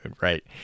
right